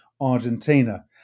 Argentina